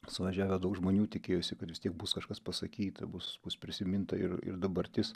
suvažiavę daug žmonių tikėjosi kad vis tiek bus kažkas pasakyta bus bus prisiminta ir ir dabartis